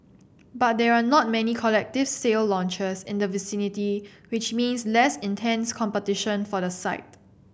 but there are not many collective sale launches in the vicinity which means less intense competition for the site